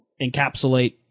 encapsulate